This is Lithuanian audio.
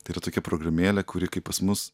tai yra tokia programėlė kuri kaip pas mus